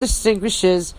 distinguishes